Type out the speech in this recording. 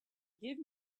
give